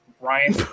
Ryan